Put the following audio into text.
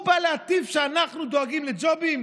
הוא בא להטיף שאנחנו דואגים לג'ובים?